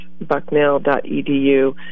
bucknell.edu